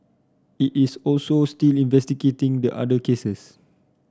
it is also still investigating the other cases